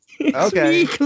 Okay